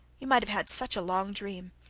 you might have had such a long dream,